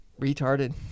Retarded